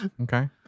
okay